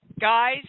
Guys